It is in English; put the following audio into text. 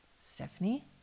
Stephanie